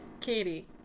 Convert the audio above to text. Katie